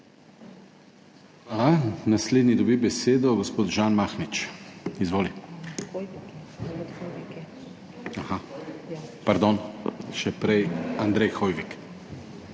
Naslednji dobi besedo gospod Žan Mahnič. Izvoli. Pardon, še prej Andrej Hoivik.